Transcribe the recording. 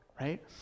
right